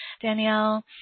Danielle